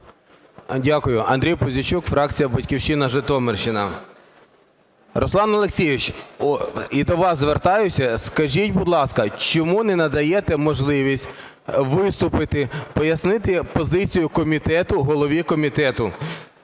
Дякую. Андрій Пузійчук, фракція "Батьківщина", Житомирщина. Руслан Олексійович, і до вас звертаюся. Скажіть, будь ласка, чому не надаєте можливість виступити, пояснити позицію комітету голові комітету?